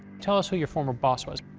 tell us who your former boss was.